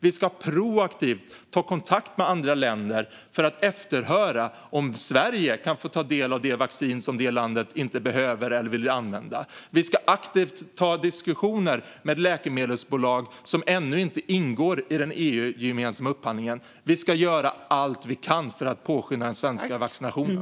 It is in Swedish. Vi ska proaktivt ta kontakt med andra länder för att efterhöra om Sverige kan få ta del av det vaccin som det landet inte behöver eller vill använda. Vi ska aktivt ta diskussioner med läkemedelsbolag som ännu inte ingår i den EU-gemensamma upphandlingen. Vi ska göra allt vi kan för att påskynda den svenska vaccineringen.